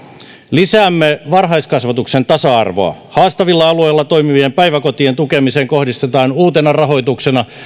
lisäämme varhaiskasvatuksen tasa arvoa haastavilla alueilla toimivien päiväkotien tukemiseen kohdistetaan uutena rahoituksena